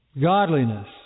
godliness